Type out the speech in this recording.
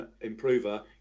improver